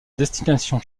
destination